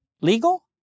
legal